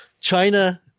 China